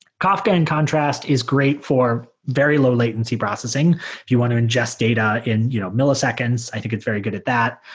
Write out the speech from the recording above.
kafka in contrast is great for very low-latency processing. if you want to ingest data in you know milliseconds, i think it's very good at that,